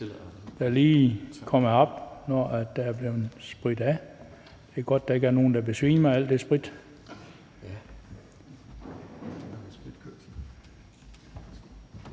der lige kommer herop, når der er blevet sprittet af. Det er godt, at der ikke er nogen, der besvimer af al den sprit.